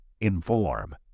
Inform